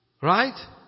Right